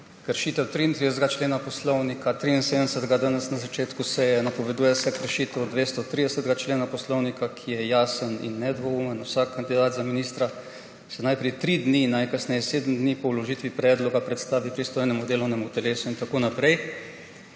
Kršitev 33. člena Poslovnika, 73. danes na začetku seje, napoveduje se kršitev 230. člena Poslovnika, ki je jasen in nedvoumen: vsak kandidat za ministra se najprej tri dni, najkasneje sedem dni po vložitvi predloga predstavi pristojnemu delovnemu telesu in tako naprej.